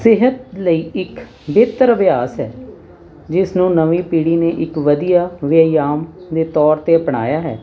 ਸਿਹਤ ਲਈ ਇੱਕ ਬੇਹਤਰ ਅਭਿਆਸ ਹੈ ਜਿਸ ਨੂੰ ਨਵੀਂ ਪੀੜ੍ਹੀ ਨੇ ਇੱਕ ਵਧੀਆ ਵਿਆਮ ਦੇ ਤੌਰ 'ਤੇ ਅਪਣਾਇਆ ਹੈ